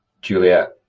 Juliet